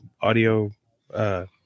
audio